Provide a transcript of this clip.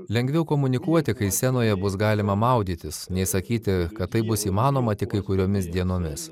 lengviau komunikuoti kai senoje bus galima maudytis nei sakyti kad tai bus įmanoma tik kai kuriomis dienomis